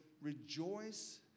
rejoice